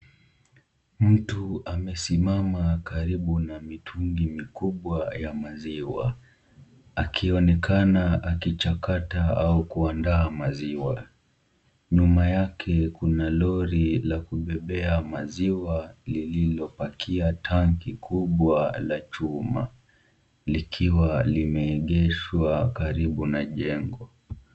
Mtu amesimama karibu na mitungi mikubwa ya maziwa, akionekana akichakata au kuandaa maziwa. Nyuma yake kuna lori la kubebea maziwa lililopakia tanki kubwa la chuma, likiwa limeegeshwa karibu na jengo.